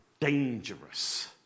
dangerous